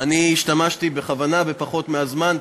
אני השתמשתי בכוונה בפחות מהזמן,